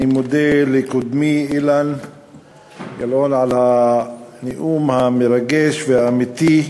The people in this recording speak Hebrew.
אני מודה לקודמי אילן גילאון על הנאום המרגש והאמיתי.